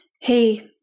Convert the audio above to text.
hey